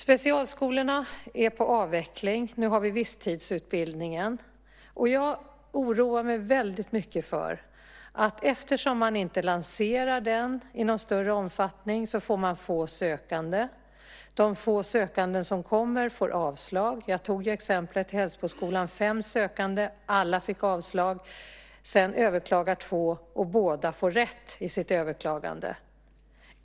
Specialskolorna är på avveckling. Nu har vi visstidsutbildningen. Jag oroar mig mycket för att man får få sökande eftersom man inte lanserar den i någon större omfattning. De få sökande som kommer får avslag. Jag tog ju exemplet med Hällsboskolan som hade fem sökande. Alla fick avslag. Två överklagar och båda får rätt i sitt överklagande.